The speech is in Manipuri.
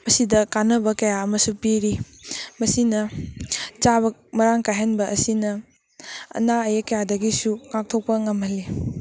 ꯃꯁꯤꯗ ꯀꯥꯅꯕ ꯀꯌꯥ ꯑꯃꯁꯨ ꯄꯤꯔꯤ ꯃꯁꯤꯅ ꯆꯥꯕ ꯃꯔꯥꯡ ꯀꯥꯏꯍꯟꯕ ꯑꯁꯤꯅ ꯑꯅꯥ ꯑꯌꯦꯛ ꯀꯌꯥꯗꯒꯤꯁꯨ ꯉꯥꯛꯊꯣꯛꯄ ꯉꯝꯍꯜꯂꯤ